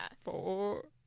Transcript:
four